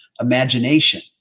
imagination